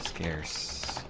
cares